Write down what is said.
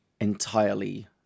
entirely